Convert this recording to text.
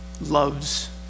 loves